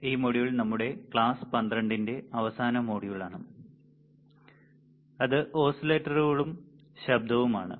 ഈ മൊഡ്യൂൾ നമ്മളുടെ ക്ലാസ് 12 ന്റെ അവസാന മോഡലാണ് അത് ഓസിലേറ്ററുകളും ശബ്ദവും ആണ്